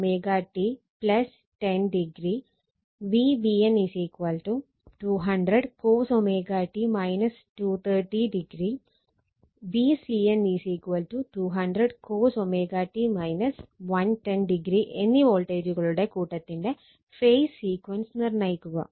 Van 200 cos എന്നീ വോൾട്ടേജുകളുടെ കൂട്ടത്തിന്റെ ഫേസ് സീക്വൻസ് നിർണ്ണയിക്കുക